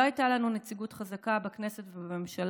לא הייתה לנו נציגות חזקה בכנסת ובממשלה,